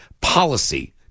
policy